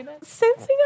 Sensing